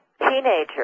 teenager